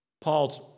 Paul's